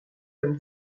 comme